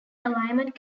alignment